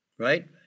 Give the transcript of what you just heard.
Right